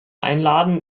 einladen